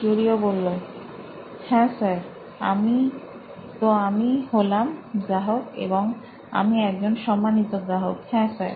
কিউরিও হ্যাঁ স্যার তো আমি হলাম গ্রাহক এবং আমি একজন সম্মানিত গ্রাহক হ্যাঁ স্যার